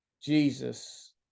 Jesus